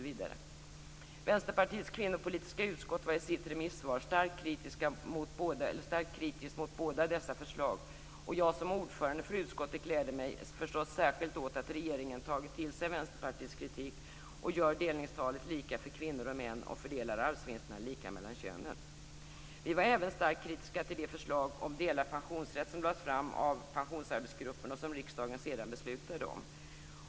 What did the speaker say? Vänsterpartiets kvinnopolitiska utskott var i sitt remissvar starkt kritiskt mot båda dessa förslag. Jag som ordförande för utskottet gläder mig förstås särskilt åt att regeringen tagit till sig Vänsterpartiets kritik och gör delningstalet lika för kvinnor och män och fördelar arvsvinsterna lika mellan könen. Vi var även starkt kritiska till det förslag om delad pensionsrätt som lades fram av pensionsarbetsgruppen och som riksdagen sedan beslutade om.